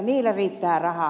niillä riittää rahaa